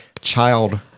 child